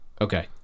okay